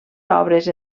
obres